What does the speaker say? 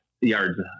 yards